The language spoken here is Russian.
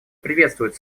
приветствует